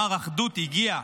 מר אחדות הגיע,